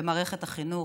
במערכת החינוך,